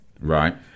Right